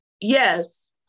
Yes